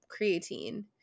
creatine